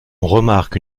remarque